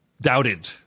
doubted